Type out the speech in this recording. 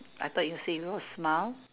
I thought you say no smile